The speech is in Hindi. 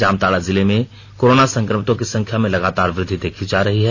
जामताड़ा जिले में कोरोना संक्रमितों की संख्या में लगातार वृद्धि देखी जा रही है